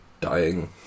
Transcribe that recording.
dying